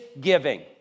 giving